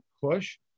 push